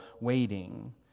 waiting